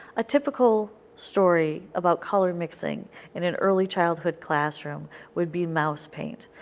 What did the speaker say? a typical story about color mixing in in early childhood classroom would be mouse paint.